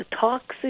toxic